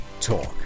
talk